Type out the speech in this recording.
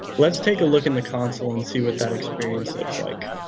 let's take a look in the console and see what that experience looks like.